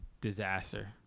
disaster